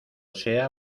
sea